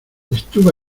estuve